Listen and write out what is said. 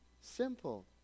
simple